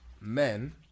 men